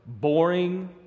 boring